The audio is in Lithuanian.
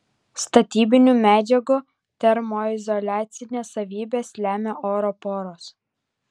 statybinių medžiagų termoizoliacines savybes lemia oro poros